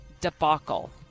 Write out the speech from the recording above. debacle